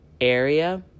area